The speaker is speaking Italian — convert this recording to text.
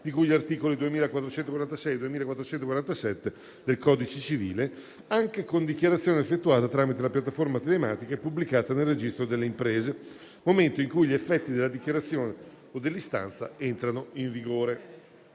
di cui agli articoli 2446 e 2447 del codice civile, anche con dichiarazione effettuata tramite la piattaforma telematica e pubblicata nel registro delle imprese, momento in cui gli effetti della dichiarazione o dell'istanza entrano in vigore.